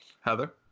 Heather